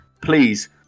Please